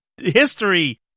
history